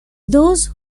those